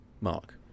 Mark